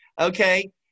Okay